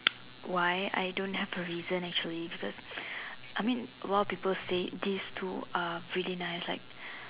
why I don't have a reason actually because I mean while people say this two are really nice like